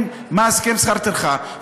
הסכם שכר טרחה?